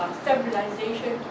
stabilization